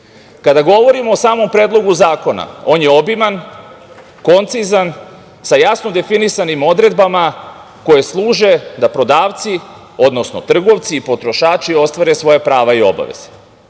govorimo o samom Predlogu zakona, on je obiman, koncizan, sa jasno definisanim odredbama koje služe da prodavci, odnosno trgovci i potrošači ostvare svoja prava i obaveze,